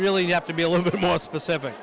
really you have to be a little more specific